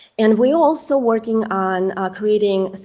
and we're also working on creating